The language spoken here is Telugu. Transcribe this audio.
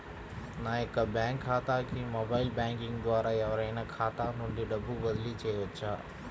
నా యొక్క బ్యాంక్ ఖాతాకి మొబైల్ బ్యాంకింగ్ ద్వారా ఎవరైనా ఖాతా నుండి డబ్బు బదిలీ చేయవచ్చా?